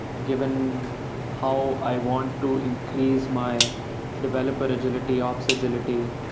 given how i want to increase my developer agility, ops agility?